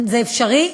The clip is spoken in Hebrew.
זה אפשרי,